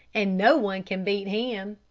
and no one can beat him.